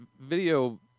video